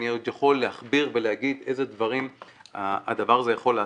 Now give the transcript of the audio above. אני עוד יכול להכביר ולהגיד איזה דברים הדבר הזה יכול לעשות,